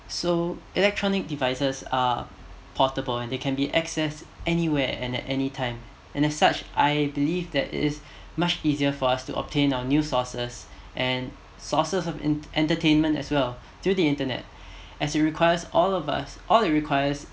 so electronic devices are portable and they can be access anywhere and at anytime and as such I believe that it is much easier for us to obtain on new sources and sources of entertainment as well through the internet as you requires all of us all it requires